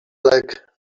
like